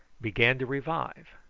began to revive.